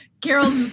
Carol